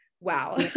wow